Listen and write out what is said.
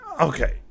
Okay